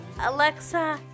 Alexa